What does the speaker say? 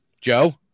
Joe